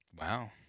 Wow